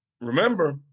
Remember